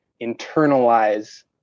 internalize